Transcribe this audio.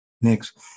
Next